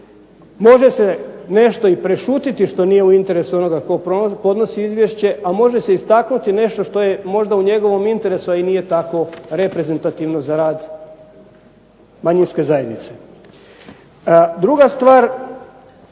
Može se nešto i prešutiti što nije u interesu onoga tko podnosi izvješće, a može se istaknuti nešto što je možda u njegovom interesu, a i nije tako reprezentativno za rad manjinske zajednice. Druga stvar,